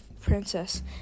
Princess